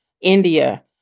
India